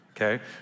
okay